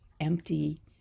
empty